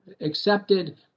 accepted